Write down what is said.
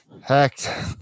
Heck